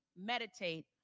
meditate